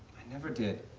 never did.